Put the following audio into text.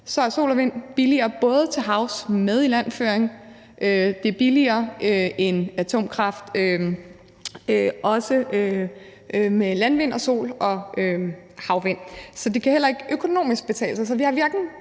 er sol og vind billigere end atomkraft til havs med ilandføring, og det er også billigere end atomkraft, altså både med landvind og sol og havvind, så det kan heller ikke økonomisk betale sig. Vi har i virkeligheden